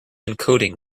encoding